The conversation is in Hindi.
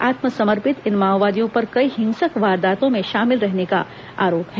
आत्मसमर्पित इन माओवादियों पर कई हिंसक वारदातों में शामिल होने का आरोप है